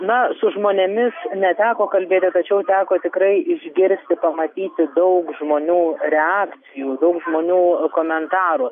na su žmonėmis neteko kalbėti tačiau teko tikrai išgirsti pamatyti daug žmonių reakcijų daug žmonių komentarų